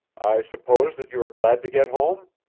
i suppose that you are glad to get home?